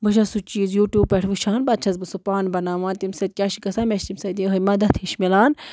بہٕ چھَس سُہ چیٖز یوٗٹیوٗب پٮ۪ٹھ وٕچھان پَتہٕ چھَس بہٕ سُہ پانہٕ بناوان تَمہِ سۭتۍ کیٛاہ چھِ گژھان مےٚ چھِ تَمہِ سۭتۍ یِہوٚے مدت ہِش میلان